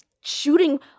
shooting